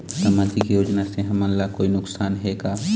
सामाजिक योजना से हमन ला कोई नुकसान हे का?